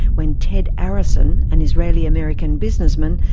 when ted arison, an israeli-american businessman,